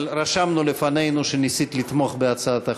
אבל רשמנו לפנינו שניסית לתמוך בהצעת החוק.